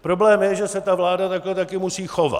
Problém je, že se ta vláda takhle taky musí chovat.